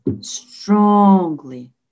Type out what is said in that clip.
strongly